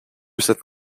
cette